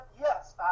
Yes